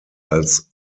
als